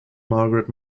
margaret